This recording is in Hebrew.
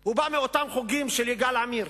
הוא בא מאותם חוגים של יגאל עמיר.